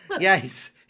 Yes